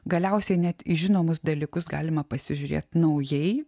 galiausiai net į žinomus dalykus galima pasižiūrėt naujai